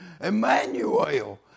Emmanuel